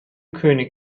könig